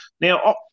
Now